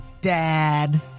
dad